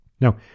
Now